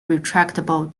retractable